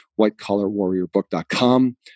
whitecollarwarriorbook.com